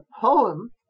poem